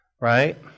Right